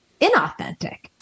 inauthentic